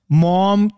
mom